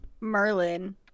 Merlin